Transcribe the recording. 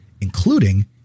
including